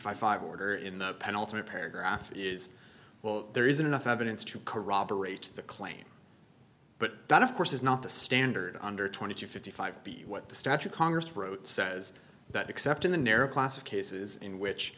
five order in the penultimate paragraph is well there isn't enough evidence to corroborate the claim but that of course is not the standard under twenty two fifty five b what the statute congress wrote says that except in the narrow class of cases in which